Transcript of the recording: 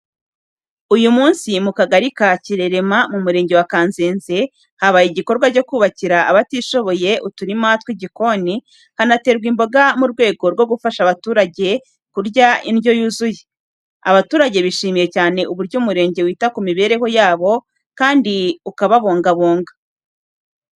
Uyu munsi mu Kagari ka Kirerema mu Murenge wa Kanzenze, habaye igikorwa cyo kubakira abatishoboye uturima tw’igikoni, hanaterwa imboga mu rwego rwo gufasha abaturage kurya indyo yuzuye. Abaturage bishimiye cyane uburyo umurenge wita ku mibereho yabo kandi ukababungabunga.